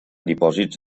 dipòsits